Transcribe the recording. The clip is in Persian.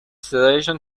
صدایشان